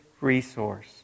resource